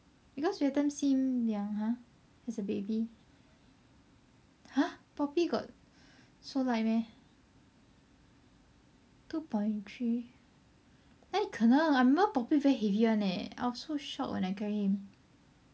because we every time see him ya !huh! as a baby !huh! poppy got so light meh two point three 哪里可能 I remember poppy very heavy [one] leh I was so shocked when I carried him